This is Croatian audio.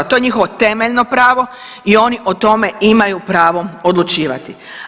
To je njihovo temeljno pravo i oni o tome imaju pravo odlučivati.